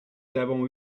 avons